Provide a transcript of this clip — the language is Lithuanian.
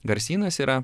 garsynas yra